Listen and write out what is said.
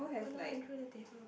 oh no I threw the table